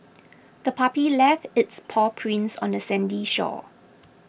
the puppy left its paw prints on the sandy shore